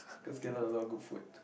cause Geylang a lot of good food